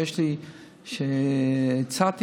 כשהצעתי